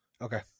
Okay